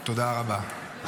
תודה רבה.